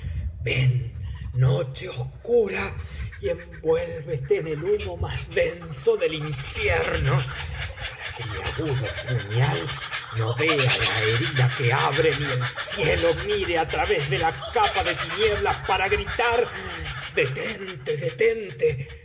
ven noche oscura y envuélvete en el humo más denso del infierno para que mi agudo puñal no vea la herida que abre ni el cielo mire á través de la capa de tinieblas para gritar detente detente